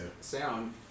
sound